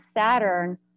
Saturn